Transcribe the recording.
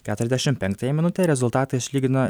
keturiasdešimt penktąją minutę rezultatą išlygino